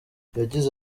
yagize